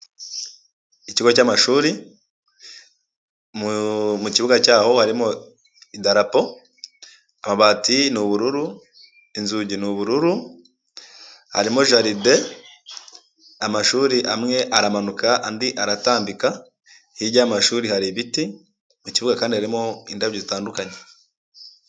Ikigo cy'amashuri, mu kibuga cyaho harimo idarapo, amabati ni ubururu, inzugi ni ubururu, harimo jaride. Amashuri amwe aramanuka andi aratambika, hirya y'amashuri hari ibiti, mu ikibuga kandi harimo indabyo zitandukanye.